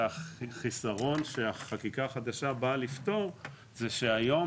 שהחיסרון שהחקיקה החדשה באה לפתור זה שהיום